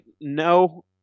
no